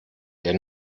der